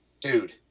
dude